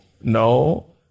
no